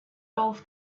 golf